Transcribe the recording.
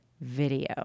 video